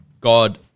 God